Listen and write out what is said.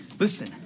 Listen